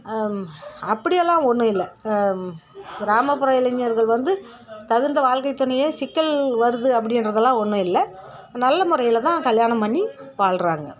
அப்படியெல்லாம் ஒன்றும் இல்ளை கிராமப்புற இளைஞர் வந்து தகுந்த வாழ்க்கை துணையை சிக்கல் வருது அப்படின்றதெல்லாம் ஒன்றும் இல்லை நல்ல முறையில் தான் கல்யாணம் பண்ணி வாழுறாங்க